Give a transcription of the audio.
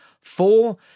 Four